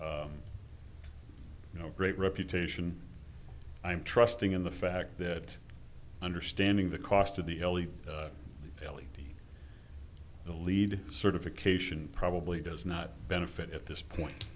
you know great reputation i'm trusting in the fact that understanding the cost of the ellie ellie the lead certification probably does not benefit at this point